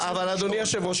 אבל אדוני היושב ראש,